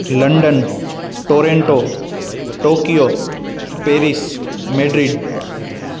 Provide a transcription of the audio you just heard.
London Toronto Tokyo Paris Madrid